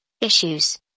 issues